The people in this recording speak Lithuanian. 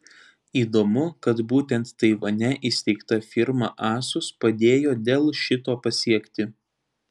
įdomu kad būtent taivane įsteigta firma asus padėjo dell šito pasiekti